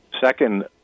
Second